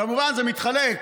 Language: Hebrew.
כמובן, זה מתחלק,